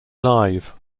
live